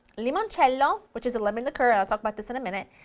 limoncello, which is a lemon liquor and i'll talk about this in a minute.